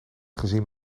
gezien